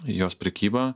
jos prekyba